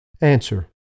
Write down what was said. Answer